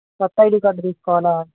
కొత్త ID card తీసుకోవాలా